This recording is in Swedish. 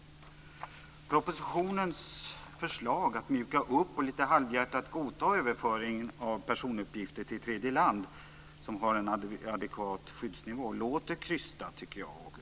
Propositionens förslag om att mjuka upp och lite halvhjärtat godta överföringen av personuppgifter till tredje land som har en adekvat skyddsnivå låter krystat, tycker jag.